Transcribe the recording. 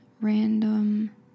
random